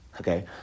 Okay